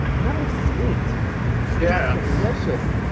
very sweet. yeah. it's delicious.